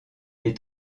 est